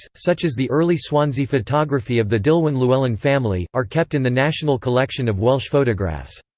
such as the early swansea photography of the dillwyn llewelyn family, are kept in the national collection of welsh photographs.